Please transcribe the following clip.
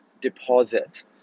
deposit